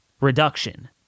reduction